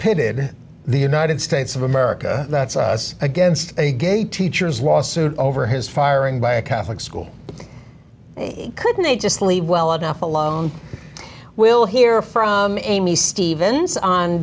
pitted the united states of america that's us against a gay teachers lawsuit over his firing by a catholic school couldn't they just leave well enough alone we'll hear from me stevens on